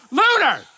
lunar